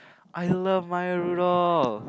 I love Maya-Rudolph